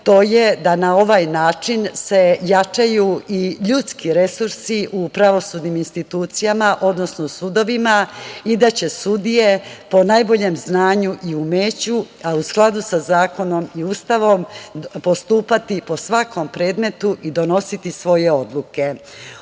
to je da na ovaj način se jačaju i ljudski resursi u pravosudnim institucijama, odnosno sudovima i da će sudije po najboljem znanju i umeću, a u skladu sa zakonom i Ustavom, postupati po svakom predmetu i donositi svoje odluke. Ovom